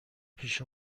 پیش